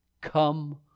come